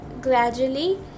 gradually